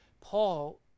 paul